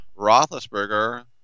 Roethlisberger